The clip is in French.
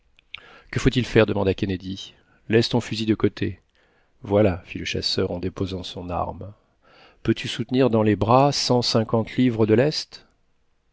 que faut-il faire demanda kennedy laisse ton fusil de côté voilà fit le chasseur en déposant son arme peux-tu soutenir dans les bras cent cinquante livres de lest